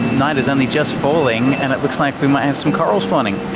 night is only just falling, and it looks like we might have some coral spawning.